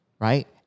Right